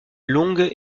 longue